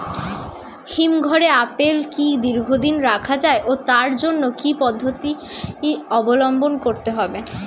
হিমঘরে আপেল কি দীর্ঘদিন রাখা যায় ও তার জন্য কি কি পদ্ধতি অবলম্বন করতে হবে?